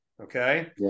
Okay